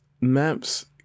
maps